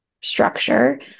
structure